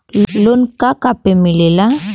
Loan का का पे मिलेला?